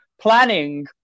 planning